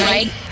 Right